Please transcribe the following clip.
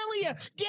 Get